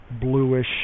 bluish